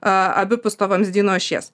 abipus to vamzdyno ašies